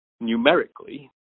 numerically